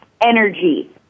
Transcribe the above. energy